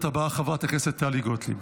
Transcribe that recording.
הדוברת הבאה, חברת הכנסת טלי גוטליב.